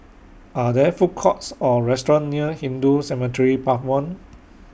Are There Food Courts Or restaurants near Hindu Cemetery Path one